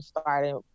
started